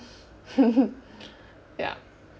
ya